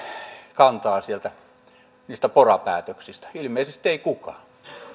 kantaa niistä pora päätöksistä ilmeisesti ei kukaan